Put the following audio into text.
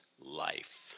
life